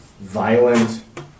violent